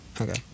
Okay